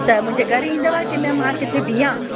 त मुंहिंजे घरु ईंदव किन मां किथे बीहां